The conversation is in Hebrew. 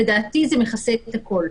לדעתי זה מכסה את הכול.